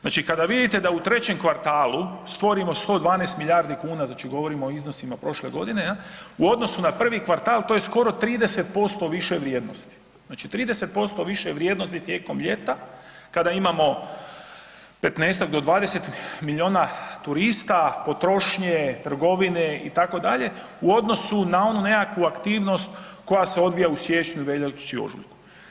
Znači kada vidite da u trećem kvartalu stvorimo 112 milijardi kuna, znači govorimo o iznosima prošle godine u odnosu na prvi kvartal to je skoro 30% više vrijednosti, znači 30% više vrijednosti tijekom ljeta kada imamo 15-ak do 20 milijuna turista, potrošnje, trgovine itd. u odnosu na onu nekakvu aktivnost koja se odvija u siječnju, veljači, ožujku.